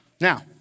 Now